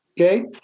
Okay